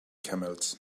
camels